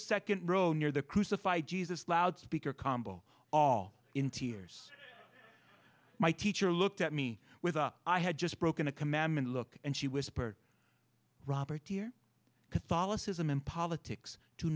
second row near the crucified jesus loudspeaker combo all in tears my teacher looked at me with i had just broken a commandment look and she whispered robert dear catholicism and politics to